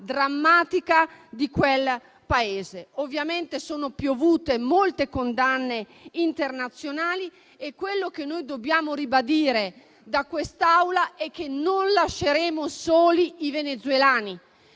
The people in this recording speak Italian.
drammatica di quel Paese. Ovviamente, sono piovute molte condanne internazionali e quello che noi dobbiamo ribadire da quest'Aula è che non lasceremo soli i venezuelani;